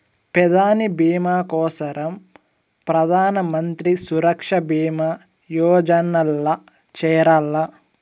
పెదాని బీమా కోసరం ప్రధానమంత్రి సురక్ష బీమా యోజనల్ల చేరాల్ల